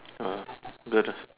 uh good lah